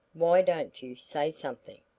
why don't you say something!